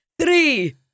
Three